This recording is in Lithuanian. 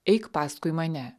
eik paskui mane